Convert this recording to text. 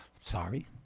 sorry